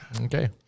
Okay